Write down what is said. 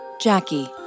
Jackie